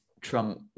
Trump